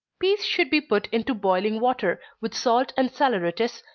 peas should be put into boiling water, with salt and saleratus,